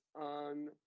on